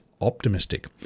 optimistic